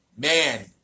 Man